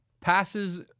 passes